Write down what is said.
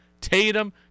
Tatum